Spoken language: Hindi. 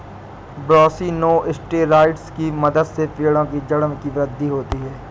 ब्रासिनोस्टेरॉइड्स की मदद से पौधों की जड़ की वृद्धि होती है